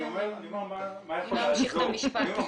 אני אומר מה יכול לעזור.